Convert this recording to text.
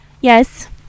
Yes